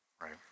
right